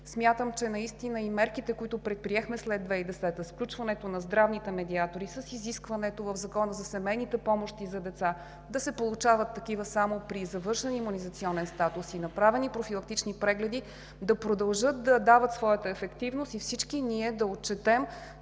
Смятам, че мерките, които предприехме след 2010 г., с включването на здравните медиатори, с изискването в Закона за семейните помощи за деца да се получават такива само при завършен имунизационен статус и направени профилактични прегледи, ще продължат да дават своята ефективност и всички ние да отчетем,